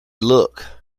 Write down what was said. look